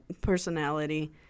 personality